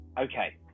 Okay